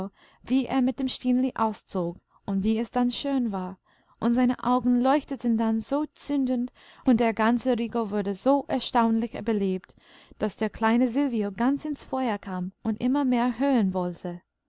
wie er mit dem stineli auszog und wie es dann schön war und seine augen leuchteten dann so zündend und der ganze rico wurde so erstaunlich belebt daß der kleine silvio ganz ins feuer kam und immer mehr hören wollte